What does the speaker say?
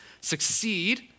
succeed